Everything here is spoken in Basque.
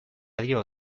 dio